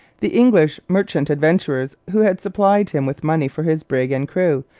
the english merchant adventurers who had supplied him with money for his brig and crew,